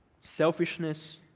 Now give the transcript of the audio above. selfishness